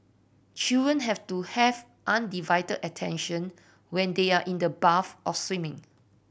children have to have undivided attention when they are in the bath or swimming